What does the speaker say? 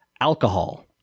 Alcohol